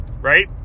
right